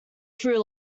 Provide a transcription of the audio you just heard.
through